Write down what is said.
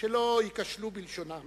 שלא ייכשלו בלשונם